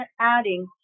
adding